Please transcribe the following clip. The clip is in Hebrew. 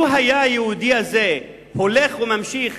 לו היה היהודי הזה הולך וממשיך